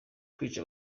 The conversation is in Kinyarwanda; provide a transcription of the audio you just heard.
kwica